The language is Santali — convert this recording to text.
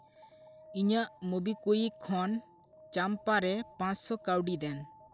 ᱤᱧᱟᱹᱜ ᱢᱩᱵᱤᱠᱩᱭᱤᱠ ᱠᱷᱚᱱ ᱪᱟᱢᱯᱟ ᱨᱮ ᱯᱟᱸᱥᱥᱚ ᱠᱟ ᱣᱰᱤ ᱫᱮᱱ